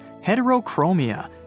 heterochromia